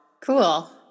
Cool